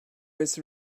was